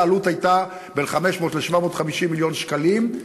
העלות הייתה בין 500 ל-750 מיליון שקלים.